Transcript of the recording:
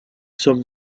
sommes